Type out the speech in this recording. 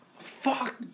Fuck